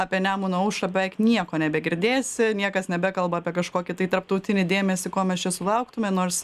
apie nemuno aušrą beveik nieko nebegirdėsi niekas nebekalba apie kažkokį tai tarptautinį dėmesį ko mes čia sulauktumėme nors